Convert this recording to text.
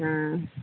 हूँ